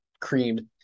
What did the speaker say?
creamed